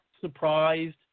surprised